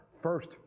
first